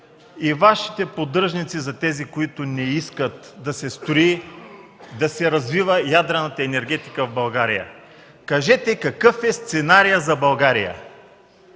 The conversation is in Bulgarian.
и Вашите поддръжници на тези, които не искат да се строи, да се развива ядрената енергетика в България, кажете какъв е сценарият за България?